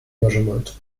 measurement